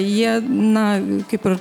jie na kaip ir